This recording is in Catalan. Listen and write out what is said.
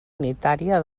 unitària